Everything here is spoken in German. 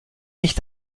mich